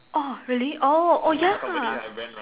oh really oh oh yeah